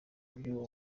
buryo